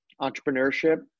entrepreneurship